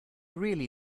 really